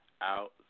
out